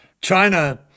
China